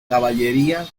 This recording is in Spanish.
caballería